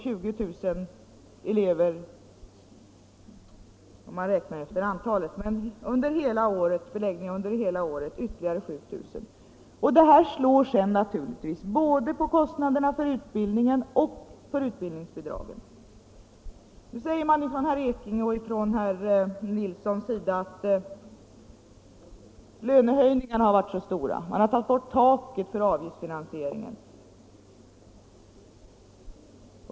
Detta slår naturligtvis både på kostnaderna för utbildningen och på utbildningsbidragen. Herr Ekinge och herr Nilsson i Tvärålund säger att lönehöjningarna har varit så stora och att man har tagit bort taket för avgiftsfinansieringen.